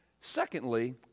Secondly